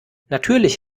natürlich